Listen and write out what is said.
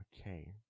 Okay